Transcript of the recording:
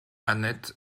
annette